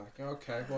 Okay